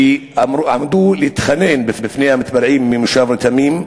שעמדו להתחנן בפני המתפרעים ממושב רתמים,